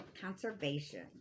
conservation